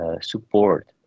support